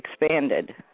expanded